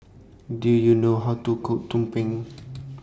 Do YOU know How to Cook Tumpeng